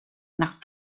nach